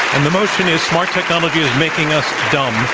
and the motion is smart technology is making us dumb.